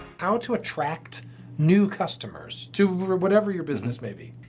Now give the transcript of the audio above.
how to attract new customers to or whatever your business may be.